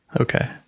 Okay